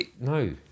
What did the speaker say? No